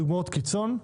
דוגמאות קיצון,